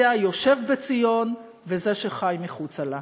זה היושב בציון וזה שחי מחוצה לה.